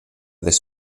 this